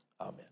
Amen